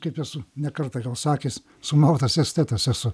kaip esu ne kartą gal sakęs sumautas estetas esu